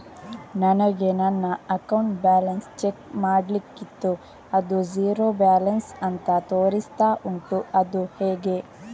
ನನಗೆ ನನ್ನ account balance check ಮಾಡ್ಲಿಕ್ಕಿತ್ತು ಅದು ಝೀರೋ ಬ್ಯಾಲೆನ್ಸ್ ಅಂತ ತೋರಿಸ್ತಾ ಉಂಟು ಅದು ಹೇಗೆ?